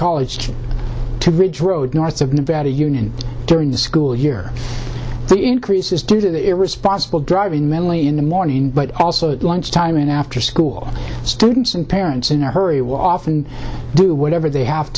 road north of nevada union during the school year the increase is due to irresponsible driving mentally in the morning but also at lunch time and after school students and parents in a hurry will often do whatever they have